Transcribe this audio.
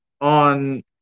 on